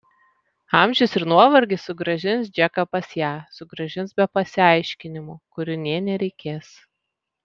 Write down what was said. amžius ir nuovargis sugrąžins džeką pas ją sugrąžins be pasiaiškinimų kurių nė nereikės